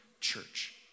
church